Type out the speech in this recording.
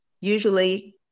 usually